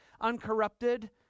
uncorrupted